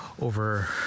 over